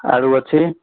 ଆଳୁ ଅଛି